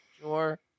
Sure